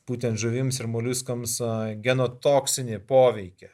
būtent žuvims ir moliuskams oi genotoksinį poveikį